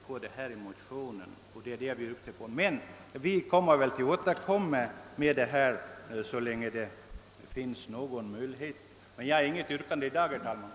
Vi skall väl återkomma i denna fråga så länge det finns en möjlighet att åstadkomma en ändring, men jag ställer inget yrkande i dag, herr talman.